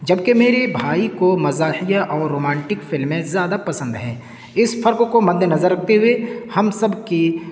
جب کہ میرے بھائی کو مزاحیہ اور رومانٹک فلمیں زیادہ پسند ہیں اس فرق کو مدنظر رکھتے ہوئے ہم سب کی